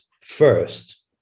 first